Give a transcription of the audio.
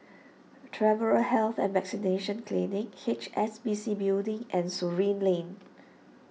Travellers' Health and Vaccination Clinic H S B C Building and Surin Lane